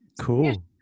Cool